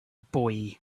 boy